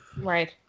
right